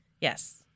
Yes